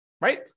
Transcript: right